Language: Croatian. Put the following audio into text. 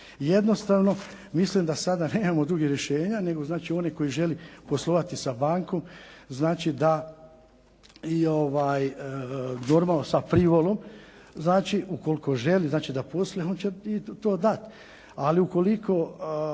Jednostavno mislim da sada nemamo drugih rješenja, nego onaj koji želi poslovati sa bankom, znači da je normalno sa privolom, znači ukoliko želi poslije on će to i dati.